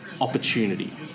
Opportunity